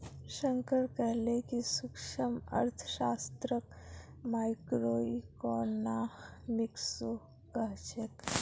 शंकर कहले कि सूक्ष्मअर्थशास्त्रक माइक्रोइकॉनॉमिक्सो कह छेक